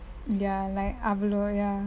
ya like அவ்வளொ:avalo ya